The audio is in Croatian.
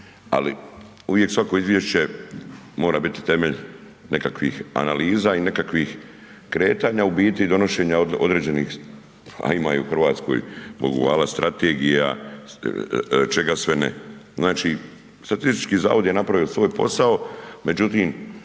ali uvijek svako izvješće mora biti temelj nekakvih analiza i nekakvih kretanja u biti i donošenja određenih, a ima i u Hrvatskoj bogu 'vala strategija, čega sve ne. Znači, statistički zavod je napravio svoj posao, međutim